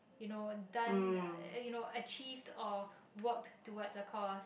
you know done you know achieve or walk toward a course